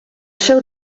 seu